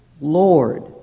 Lord